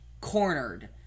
cornered